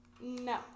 no